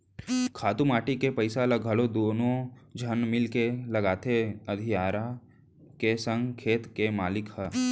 खातू माटी के पइसा ल घलौ दुनों झन मिलके लगाथें अधियारा के संग खेत के मालिक ह